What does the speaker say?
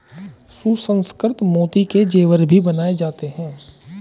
सुसंस्कृत मोती के जेवर भी बनाए जाते हैं